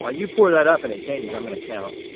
like you pour that up and it changes, i'm gonna count.